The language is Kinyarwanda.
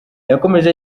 yakomeje